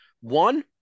One